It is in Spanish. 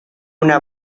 una